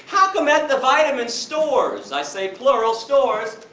how come at the vitamin stores, i say plural, stores,